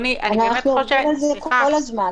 אנחנו עושים את זה כל הזמן,